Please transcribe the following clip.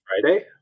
Friday